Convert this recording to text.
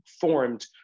formed